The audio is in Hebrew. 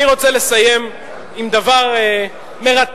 אני רוצה לסיים עם דבר מרתק,